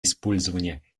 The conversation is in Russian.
использования